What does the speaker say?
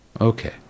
Okay